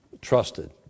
trusted